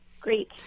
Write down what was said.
Great